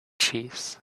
cheese